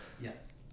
Yes